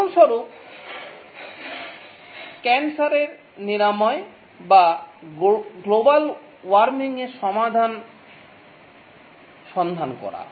উদাহরণস্বরূপ ক্যান্সারের নিরাময় বা গ্লোবাল ওয়ার্মিংয়ের সমাধান সন্ধান করা